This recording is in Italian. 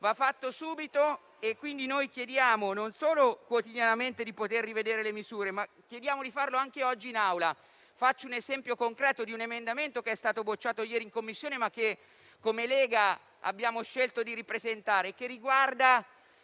va fatto subito e, quindi, chiediamo non solo quotidianamente di poter rivedere le misure, ma di farlo anche oggi in Aula. Faccio l'esempio concreto di un emendamento che è stato bocciato ieri in Commissione, ma che come Lega abbiamo scelto di ripresentare, che riguarda